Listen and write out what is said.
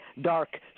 dark